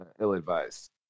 ill-advised